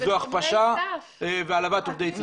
זו הכפשה והעלבת עובדי ציבור.